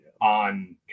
on